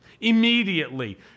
immediately